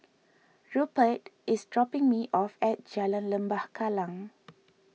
Rupert is dropping me off at Jalan Lembah Kallang